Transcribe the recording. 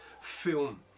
film